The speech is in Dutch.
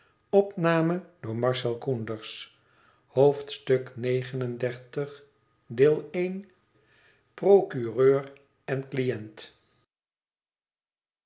tusschen procureur en cliënt